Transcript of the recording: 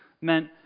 meant